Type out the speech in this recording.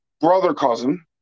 brother-cousin